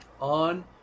on